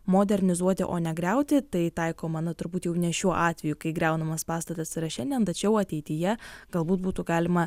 modernizuoti o ne griauti tai taikoma na turbūt jau ne šiuo atveju kai griaunamas pastatas yra šiandien tačiau ateityje galbūt būtų galima